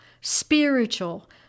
spiritual